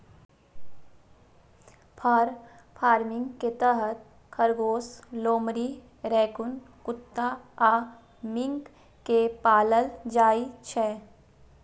फर farming के तहत खरगोश, लोमड़ी, रैकून कुत्ता आ मिंक कें पालल जाइ छै